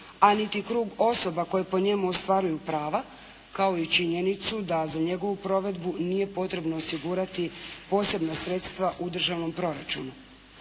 a niti krug osoba koje po njemu ostvaruju prava kao i činjenicu da za njegovu provedbu nije potrebno osigurati posebna sredstva u državnom proračunu.